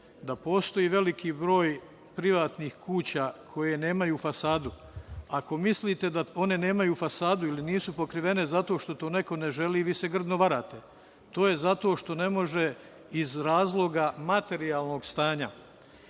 da postoji veliki broj privatnih kuća koje nemaju fasadu? Ako mislite da one nemaju fasadu ili nisu pokrivene zato što to neko ne želi, grdno se varate. To je zato što ne može iz razloga materijalnog stanja.